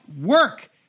work